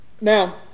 Now